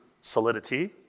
solidity